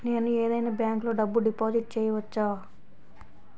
నేను ఏదైనా బ్యాంక్లో డబ్బు డిపాజిట్ చేయవచ్చా?